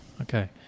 Okay